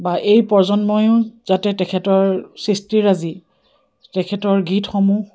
বা এই প্ৰজন্মইও যাতে তেখেতৰ সৃষ্টিৰাজি তেখেতৰ গীতসমূহ